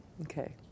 okay